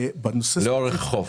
לאורך החוף.